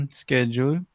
schedule